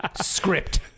script